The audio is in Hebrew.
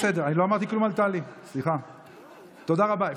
תודה רבה.